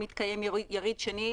היום מתקיים יריד שני,